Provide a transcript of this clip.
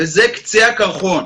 וזה קצה הקרחון.